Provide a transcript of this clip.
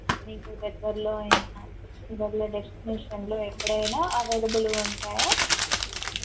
మీకు దగ్గరలో అయిన దగ్గరలో డెస్టినేషన్లో ఎక్కడైనా అవైలబుల్గా ఉంటాయా